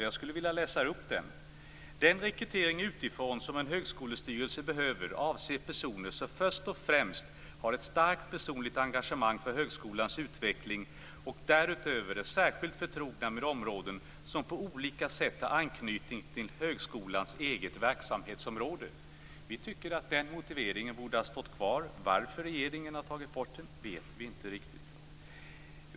Jag skulle vilja läsa upp den: "Den rekrytering utifrån som en högskolestyrelse behöver, avser personer som först och främst har ett starkt personligt engagemang för högskolans utveckling och därutöver är särskilt förtrogna med områden som på olika sätt har anknytning till högskolans eget verksamhetsområde." Vi tycker att den motiveringen borde ha stått kvar. Varför regeringen har tagit bort den vet vi inte riktigt.